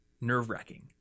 nerve-wracking